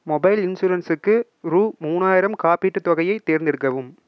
mobile இன்சூரன்ஸுக்கு ரூபா மூணாயிரம் காப்பீட்டுத் தொகையை தேர்ந்தெடுக்கவும்